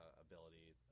ability